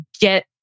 get